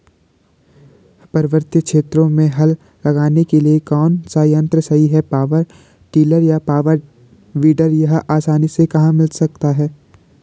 पर्वतीय क्षेत्रों में हल लगाने के लिए कौन सा यन्त्र सही है पावर टिलर या पावर वीडर यह आसानी से कहाँ मिल सकता है?